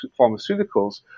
Pharmaceuticals